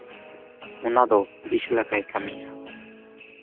ᱚᱱᱟ ᱫᱚ ᱵᱤᱥ ᱞᱮᱠᱟᱭ ᱠᱟᱹᱢᱤᱭᱟ